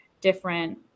different